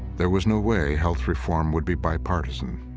there was no way health reform would be bipartisan.